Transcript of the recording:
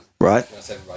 Right